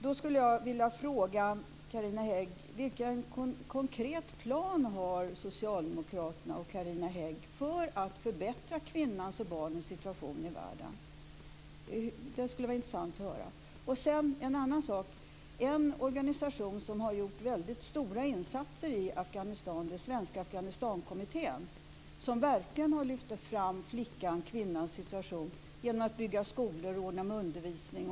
Då skulle jag vilja fråga vilken konkret plan socialdemokraterna och Carina Hägg har för att förbättra kvinnans och barnets situation i världen. Det skulle vara intressant att höra. En organisation som har gjort väldigt stora insatser i Afghanistan är Svenska Afghanistankommittén, som verkligen har lyft fram flickans och kvinnans situation genom att bygga skolor och ordna med undervisning.